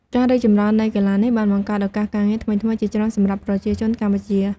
ការរីកចម្រើននៃកីឡានេះបានបង្កើតឱកាសការងារថ្មីៗជាច្រើនសម្រាប់ប្រជាជនកម្ពុជា។